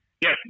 yes